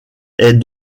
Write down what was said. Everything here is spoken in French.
est